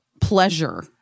pleasure